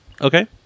Okay